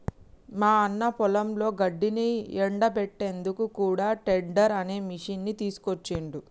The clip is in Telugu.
మా అన్న పొలంలో గడ్డిని ఎండపెట్టేందుకు కూడా టెడ్డర్ అనే మిషిని తీసుకొచ్చిండ్రు